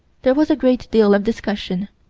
there was a great deal of discussion